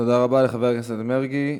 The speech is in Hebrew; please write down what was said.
תודה רבה לחבר הכנסת מרגי.